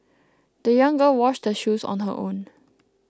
the young girl washed her shoes on her own